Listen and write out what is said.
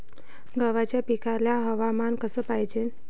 गव्हाच्या पिकाले हवामान कस पायजे?